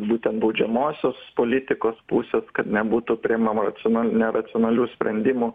būtent baudžiamosios politikos pusės kad nebūtų priimama raciona neracionalių sprendimų